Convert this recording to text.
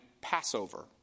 Passover